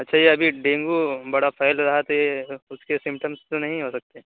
اچھا یہ ابھی ڈینگو بڑا پھیل رہا ہے تو یہ اُس کے سمپٹمس تو نہیں ہو سکتے